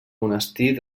monestir